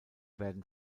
werden